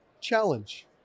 challenge